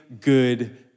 good